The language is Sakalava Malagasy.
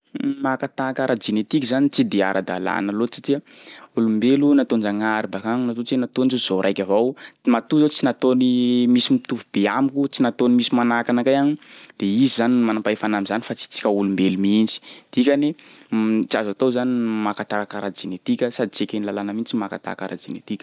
Maka tahaka ara-jenetiky zany tsy de ara-dalÃ na loatry satsia olombelo nataon-Jagnahary bakagny matoa tsy nataony zaho raiky avao, matoa zaho tsy nataony misy mitovy be amiko, tsy nataony misy manahaka anakay agny de izy zany no manam-pahefana am'zany fa tsy tsika olombelo mihitsy dikny tsy azo atao zany ny maka tahaka ara-jenetika sady tsy eken'ny lalÃ na mihitsy maka tahaka ara-jenetika.